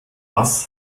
was